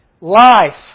Life